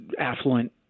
affluent